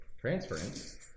transference